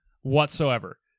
whatsoever